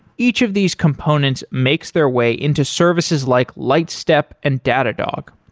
each of these components makes their way into services like lightstep and datadog.